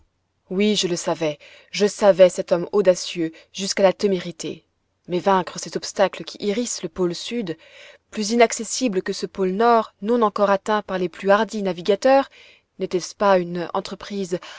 oui je le savais je savais cet homme audacieux jusqu'à la témérité mais vaincre ces obstacles qui hérissent le pôle sud plus inaccessible que ce pôle nord non encore atteint par les plus hardis navigateurs n'était-ce pas une entreprise